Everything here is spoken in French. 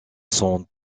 sont